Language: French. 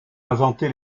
inventé